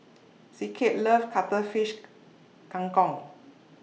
Zeke loves Cuttlefish Kang Kong